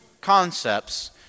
concepts